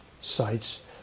sites